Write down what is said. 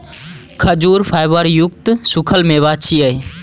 खजूर फाइबर युक्त सूखल मेवा छियै